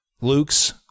Luke's